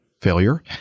failure